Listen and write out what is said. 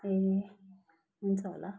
ए हुन्छ होला